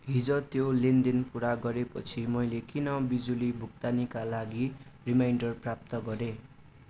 हिजो त्यो लेनदेन पुरा गरेपछि मैले किन बिजुली भुक्तानीका लागि रिमाइन्डर प्राप्त गरेँ